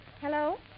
Hello